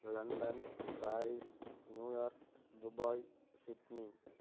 London Paris New York Dubai Sydney